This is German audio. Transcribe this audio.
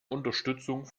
unterstützung